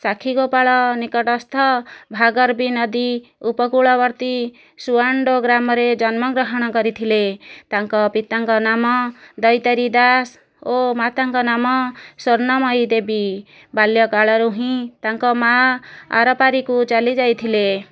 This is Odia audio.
ସାକ୍ଷୀଗୋପାଳ ନିକଟସ୍ଥ ଭାର୍ଗବୀ ନଦୀ ଉପକୂଳବର୍ତ୍ତୀ ସୂଆଣ୍ଡ ଗ୍ରାମରେ ଜନ୍ମ ଗ୍ରହଣ କରିଥିଲେ ତାଙ୍କ ପିତାଙ୍କ ନାମ ଦୈତାରୀ ଦାସ ଓ ମାତାଙ୍କ ନାମ ସ୍ଵର୍ଣ୍ଣମୟୀ ଦେବୀ ବାଲ୍ୟ କାଳରୁ ହିଁ ତାଙ୍କ ମା' ଆରପାରିକୁ ଚାଲି ଯାଇଥିଲେ